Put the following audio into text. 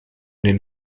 den